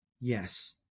Yes